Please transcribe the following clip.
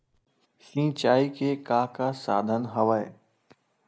सिंचाई के का का साधन हवय?